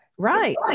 Right